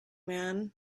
man